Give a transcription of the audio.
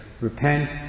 Repent